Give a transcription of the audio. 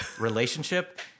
relationship